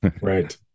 Right